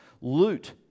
loot